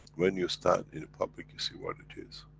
when you stand in public, you see what it is.